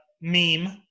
...meme